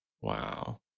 Wow